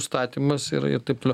statymas ir ir taip toliau